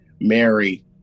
Mary